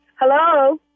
Hello